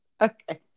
Okay